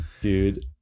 dude